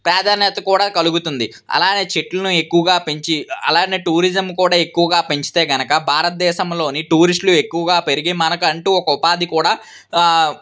ప్రాధాన్యత కూడా కలుగుతుంది అలాగే చెట్లను ఎక్కువగా పెంచి అలాగే టూరిజం కూడా ఎక్కువగా పెంచితే కనుక భారతదేశంలోని టూరిస్టులు ఎక్కువగా పెరిగి మనకంటు ఒక ఉపాధి కూడా